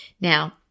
Now